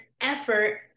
effort